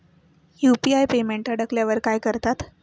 UPI payment अडकल्यावर काय करतात?